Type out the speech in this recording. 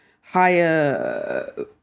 higher